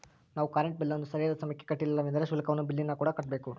ನಾವು ಕರೆಂಟ್ ಬಿಲ್ಲನ್ನು ಸರಿಯಾದ ಸಮಯಕ್ಕೆ ಕಟ್ಟಲಿಲ್ಲವೆಂದರೆ ಶುಲ್ಕವನ್ನು ಬಿಲ್ಲಿನಕೂಡ ಕಟ್ಟಬೇಕು